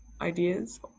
ideas